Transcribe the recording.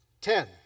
Ten